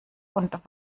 und